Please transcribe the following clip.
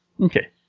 Okay